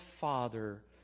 father